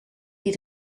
die